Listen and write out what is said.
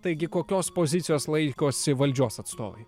taigi kokios pozicijos laikosi valdžios atstovai